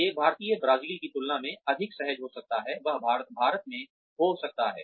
एक भारतीय ब्राजील की तुलना में अधिक सहज हो सकता है वह भारत में हो सकता है